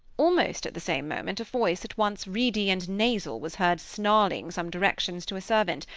almost at the same moment, a voice at once reedy and nasal was heard snarling some directions to a servant,